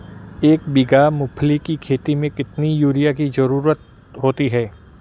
एक बीघा मूंगफली की खेती में कितनी यूरिया की ज़रुरत होती है?